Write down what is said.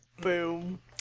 Boom